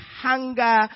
hunger